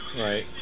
Right